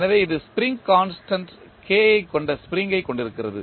எனவே இது spring constant ஐ கொண்ட ஸ்ப்ரிங்கைக் கொண்டிருக்கிறது